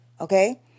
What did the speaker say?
Okay